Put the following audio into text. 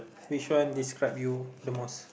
which one describe you the most